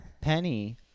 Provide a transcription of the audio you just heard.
Penny